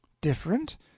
Different